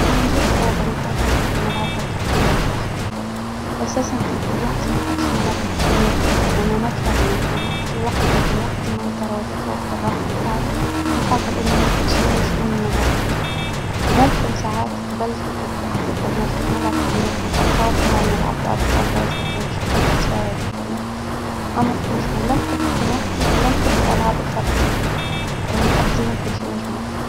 ما عنديش لعبة، مفضلة، نحب نلعبها كنكون لوحدي، وأساسا كان كون لوحدى ما نحبش نلعب، نحب نركض، أنا نكرة، إني نكون وحدي، وقت نكون وحدي، ما نترواتك وقت الراحة، متاعي، نفضل إني نرقد فيه، مش إني نلعب فيه، ممكن ساعات قبلك، كنت واحد نلعب كلمات متقاطعة، نلعب لعبة ألغاز زيكى، بش نركز فيها، هيكي نكون وحدي، أما في المجمل لا نحب نكون وحدي، لا نحب الألعاب الفردية. نحب ديما نكون في مجموعة.